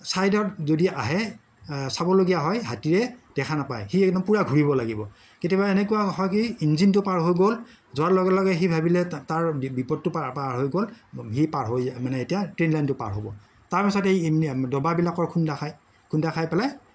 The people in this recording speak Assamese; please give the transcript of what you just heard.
ছাইডত যদি আহে চাবলগীয়া হয় হাতীৰে দেখা নেপায় সি একদম পূৰা ঘূৰিব লাগিব কেতিয়াবা এনেকুৱা হয় কি ইঞ্জিনটো পাৰ হৈ গ'ল যোৱাৰ লগে লগে সি ভাবিলে তাৰ বিপদটো পাৰ হৈ গ'ল সি পাৰ হৈ মানে এতিয়া ট্ৰেইন লাইনটো পাৰ হ'ব তাৰপাছত এই দবাবিলাকত খুন্দা খায় খুন্দা খাই পেলাই